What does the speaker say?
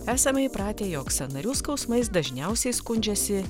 esame įpratę jog sąnarių skausmais dažniausiai skundžiasi